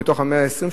מתוך ה-120,